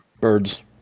birds